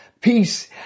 peace